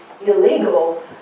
illegal